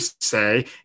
say